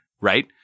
Right